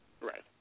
Right